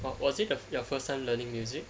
but was it your first time learning music